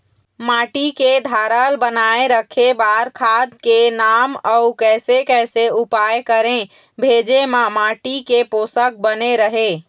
माटी के धारल बनाए रखे बार खाद के नाम अउ कैसे कैसे उपाय करें भेजे मा माटी के पोषक बने रहे?